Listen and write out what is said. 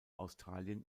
australien